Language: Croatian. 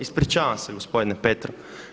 Ispričavam se gospodine Petrov.